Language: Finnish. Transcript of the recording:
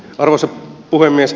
arvoisa puhemies